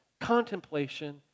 contemplation